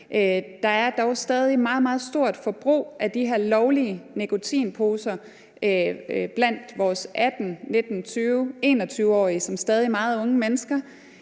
Der er dog stadig et meget, meget stort forbrug at de her lovlige nikotinposer blandt vores 18-, 19-, 20-, 21-årige, som stadig er meget unge mennesker.